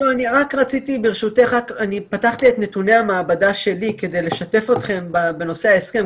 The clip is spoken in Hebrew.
אני פתחתי את נתוני המעבדה שלי כדי לשתף אתכם בנושא ההסכם.